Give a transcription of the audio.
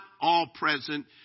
all-present